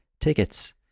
tickets